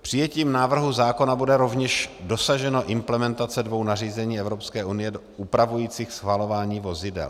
Přijetím návrhu zákona bude rovněž dosaženo implementace dvou nařízení Evropské unie upravujících schvalování vozidel.